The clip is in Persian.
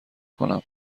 کنم